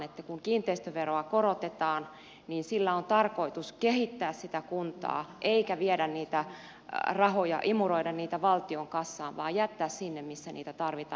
kun kiinteistöveroa korotetaan niin sillä on tarkoitus kehittää kuntaa eikä viedä niitä rahoja imuroida niitä valtion kassaan vaan jättää sinne missä niitä tarvitaan